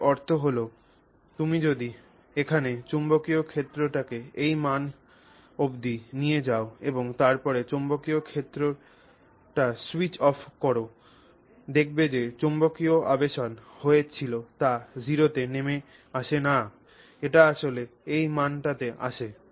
এর অর্থ হল তুমি যদি এখানে চৌম্বকীয় ক্ষেত্রটিকে এই মান অবধি নিয়ে যাও এবং তারপরে চৌম্বকীয় ক্ষেত্রটি স্যুইচ অফ করে দাও দেখবে যে চৌম্বকীয় আবেশন হয়ে ছিল তা 0 তে নেমে আসে না এটি আসলে এই মানটিতে আসে